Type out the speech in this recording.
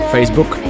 Facebook